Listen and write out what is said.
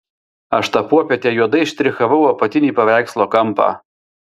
aš tą popietę juodai štrichavau apatinį paveikslo kampą